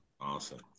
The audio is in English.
Awesome